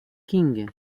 qing